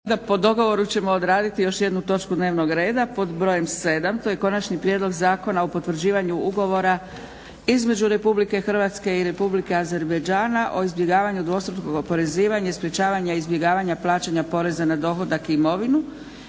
po dogovoru ćemo odraditi još jednu točku dnevnog reda pod brojem 7. To je: 7. Prijedlog Zakona o potvrđivanju ugovora između Republike Hrvatske i Republike Azerbajdžana o izbjegavanju dvostrukog oporezivanja i sprječavanju izbjegavanja plaćanja poreza na dohodak i na imovinu,